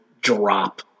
drop